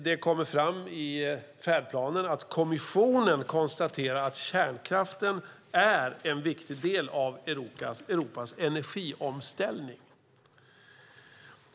Det kommer fram i färdplanen att kommissionen konstaterar att kärnkraften är en viktig del av Europas energiomställning.